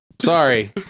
sorry